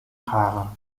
rare